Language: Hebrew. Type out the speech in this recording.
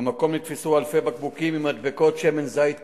במקום נתפסו אלפי בקבוקים עם מדבקות "שמן זית כתית"